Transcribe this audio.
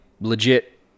legit